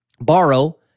borrow